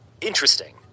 Interesting